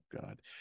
God